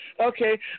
Okay